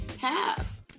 half